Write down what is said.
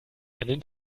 einen